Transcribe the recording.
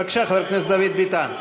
בבקשה, חבר הכנסת דוד ביטן.